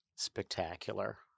spectacular